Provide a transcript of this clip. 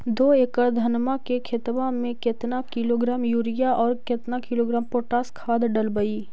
दो एकड़ धनमा के खेतबा में केतना किलोग्राम युरिया और केतना किलोग्राम पोटास खाद डलबई?